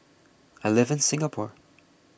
I live in Singapore